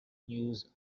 news